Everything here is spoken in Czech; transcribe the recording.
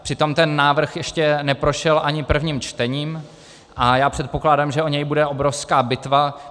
Přitom ten návrh ještě neprošel ani prvním čtením a já předpokládám, že o něj bude obrovská bitva.